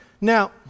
Now